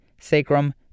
sacrum